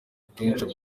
akenshi